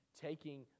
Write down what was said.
taking